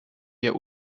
wir